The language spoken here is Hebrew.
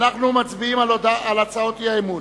אנחנו מצביעים על הצעת האי-אמון.